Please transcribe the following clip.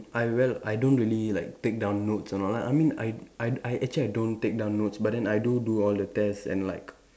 I well I don't really like take down notes and all I mean I I I actually I don't take down notes but then I do do all the tests and like